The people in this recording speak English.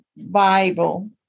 Bible